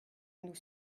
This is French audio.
nous